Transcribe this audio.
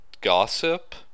gossip